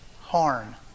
Horn